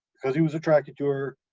because he was attracted to her.